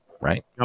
right